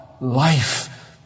life